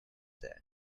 that